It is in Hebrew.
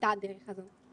ככיתה דרך הזום.